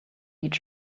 each